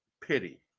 pity